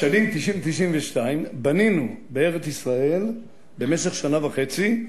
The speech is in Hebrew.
בשנים 1990 1992 בנינו בארץ-ישראל במשך שנה וחצי,